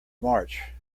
march